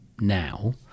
now